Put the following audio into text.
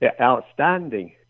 outstanding